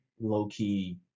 low-key